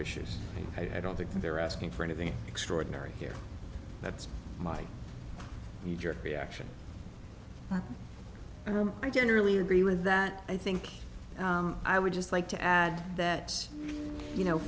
issues i don't think they're asking for anything extraordinary here that's my knee jerk reaction but i generally agree with that i think i would just like to add that you know